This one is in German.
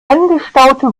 angestaute